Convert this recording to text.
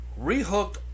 Rehooked